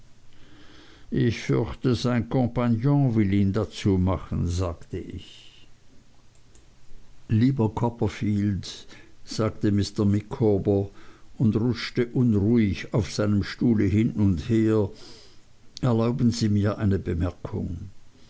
ich fürchte sein kompagnon will ihn dazu machen sagte ich lieber copperfield sagte mr micawber und rutschte unruhig auf einem stuhle hin und her erlauben sie mir eine bemerkung